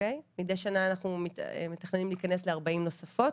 מידי שנה אנחנו מתכננים להיכנס ל-40 נוספות